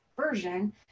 version